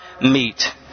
meet